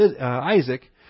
Isaac